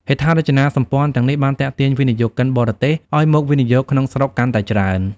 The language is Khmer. ហេដ្ឋារចនាសម្ព័ន្ធទាំងនេះបានទាក់ទាញវិនិយោគិនបរទេសឱ្យមកវិនិយោគក្នុងស្រុកកាន់តែច្រើន។